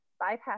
Bypass